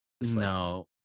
No